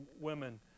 women